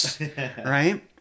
right